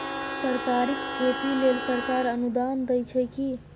तरकारीक खेती लेल सरकार अनुदान दै छै की?